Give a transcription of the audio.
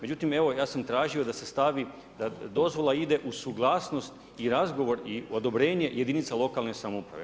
Međutim, evo ja sam tražio da se stavi da dozvola ide u suglasnost i razgovor i odobrenje jedinice lokalne samouprave.